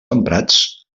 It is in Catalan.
emprats